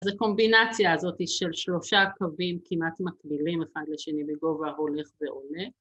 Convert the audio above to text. זה קומבינציה הזאת של שלושה קווים כמעט מקבילים אחד לשני בגובה הולך ועולה